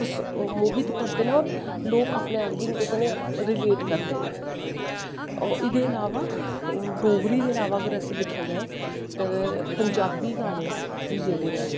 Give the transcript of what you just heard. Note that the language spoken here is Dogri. मोहित करदे नै और लोग अपने आप गी रिलेट करदे नै एह्दे इलावा डोगरी दे इलावा अगर अस दिक्खेआ जाए ते पंजाबी गाने बी जेह्ड़े नै